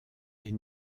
est